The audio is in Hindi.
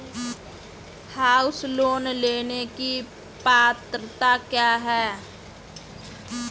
हाउस लोंन लेने की पात्रता क्या है?